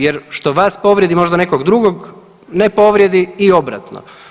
Jer što vas povrijedi možda nekog drugog ne povrijedi i obratno.